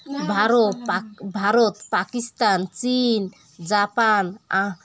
ଭାରୋ ପା ଭାରତ ପାକିସ୍ତାନ ଚୀନ ଜାପାନ ଆ